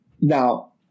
Now